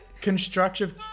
constructive